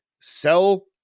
sell